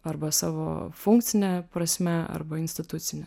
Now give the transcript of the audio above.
arba savo funkcine prasme arba institucine